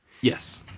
Yes